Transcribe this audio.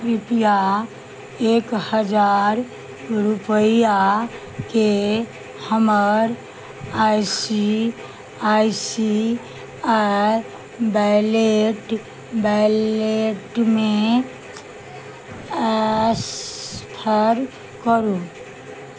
कृपया एक हजार रुपैयाके हमर I C I C I wallet बैलेटमे ट्रांसफर करू